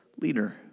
leader